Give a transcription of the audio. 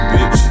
Bitch